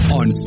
on